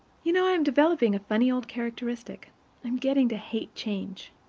you know i am developing a funny old characteristic i am getting to hate change.